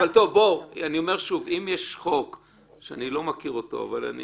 אם יש חוק שאני לא מכיר, אבל אני